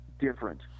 different